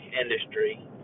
industry